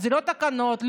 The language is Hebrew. לא תקנות,